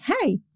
hey